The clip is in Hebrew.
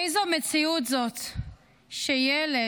איזו מציאות זאת שילד